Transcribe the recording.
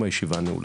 הישיבה נעולה.